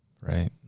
right